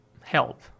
help